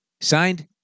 Signed